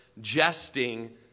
jesting